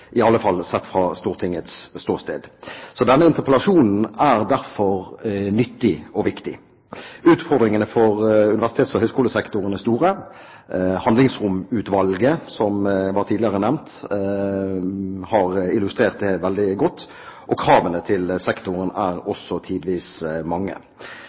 i alle fall sett fra Stortingets ståsted. Denne interpellasjonen er derfor nyttig og viktig. Utfordringene for universitets- og høyskolesektoren er store. Handlingsromutvalget, som tidligere ble nevnt, har illustrert det veldig godt. Kravene til sektoren er også tidvis mange.